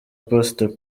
pastor